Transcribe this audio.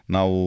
Now